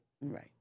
right